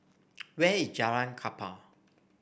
where is Jalan Kapal